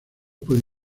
puede